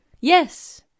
Yes